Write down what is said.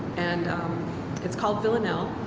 and it's called villanelle.